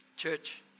church